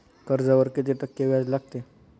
कर्जावर किती टक्के व्याज लागते?